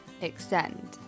extend